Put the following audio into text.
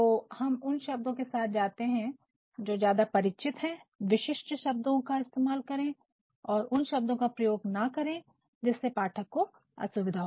तो हम उन शब्दों के साथ जाते हैं जो कि ज्यादा परिचित हैं विशिष्ट शब्दों का इस्तेमाल करें और उन शब्दों का प्रयोग ना करें जिससे पाठक को असुविधा